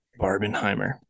Barbenheimer